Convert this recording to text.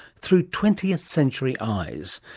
through twentieth century eyes,